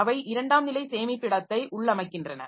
அவை இரண்டாம் நிலை சேமிப்பிடத்தை உள்ளமைக்கின்றன